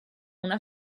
una